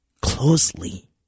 closely